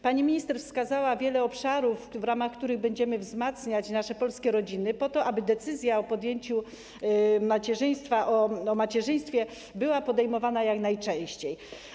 Pani minister wskazała wiele obszarów, w ramach których będziemy wzmacniać nasze polskie rodziny, po to aby decyzja o podjęciu macierzyństwa, o macierzyństwie była podejmowana jak najczęściej.